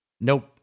Nope